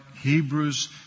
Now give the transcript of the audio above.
Hebrews